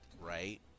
right